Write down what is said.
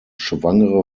schwangere